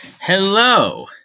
Hello